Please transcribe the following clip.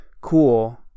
cool